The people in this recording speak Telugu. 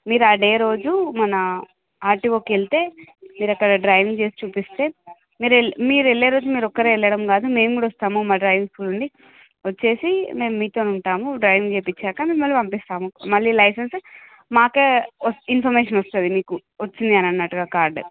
మీరు ఆ డే రోజు మన ఆర్టీవోకి వెళ్తే మీరు అక్కడ డ్రైవింగ్ చేసి చూపిస్తే మీరెళ్ళ మీరు వెళ్ళే రోజు మీరు ఒక్కరే వెళ్ళడం కాదు మేము కూడా వస్తాము మా డ్రైవింగ్ స్కూల్ నుంచి వచ్చి మేము మీతోనే ఉంటాము డ్రైవింగ్ చేయించాక మిమ్మల్ని పంపిస్తాము మళ్ళీ లైసెన్సు మాకే ఇన్ఫర్మేషన్ వస్తుంది మీకు వచ్చింది అన్నట్టుగా కార్డు